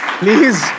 please